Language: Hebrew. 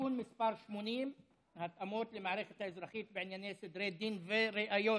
(תיקון מס' 80) (התאמות למערכת האזרחית בענייני סדרי דין וראיות).